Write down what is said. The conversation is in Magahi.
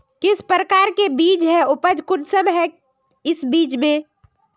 किस प्रकार के बीज है उपज कुंसम है इस बीज में?